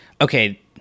okay